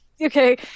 Okay